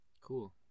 Cool